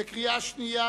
בקריאה שנייה.